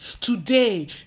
today